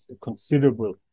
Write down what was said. considerable